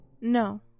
No